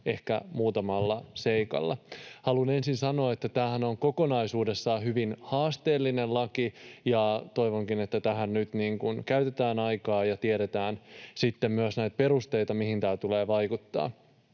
ehkä muutamalla seikalla. Haluan ensin sanoa, että tämähän on kokonaisuudessaan hyvin haasteellinen laki, ja toivonkin, että tähän nyt käytetään aikaa ja tiedetään sitten myös näitä perusteita, mihin tämä tulee vaikuttamaan.